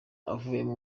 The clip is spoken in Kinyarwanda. akuyemo